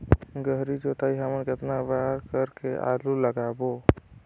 गहरी जोताई हमन कतना बार कर के आलू लगाबो?